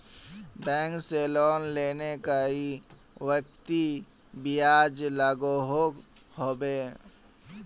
Bank से loan लिले कई व्यक्ति ब्याज लागोहो होबे?